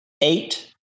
eight